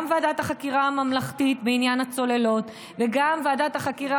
גם ועדת החקירה הממלכתית בעניין הצוללות וגם ועדת החקירה